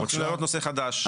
הם רוצים להעלות נושא חדש.